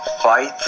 Fight